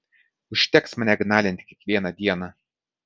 užteks mane gnalinti kiekvieną dieną